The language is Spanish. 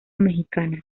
mexicana